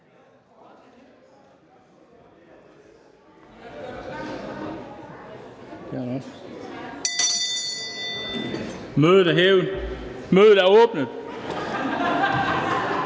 Mødet er hævet.